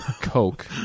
Coke